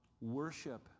worship